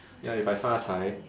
ya if I 发财